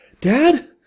dad